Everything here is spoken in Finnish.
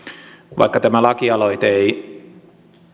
vaikka tämä lakialoite ei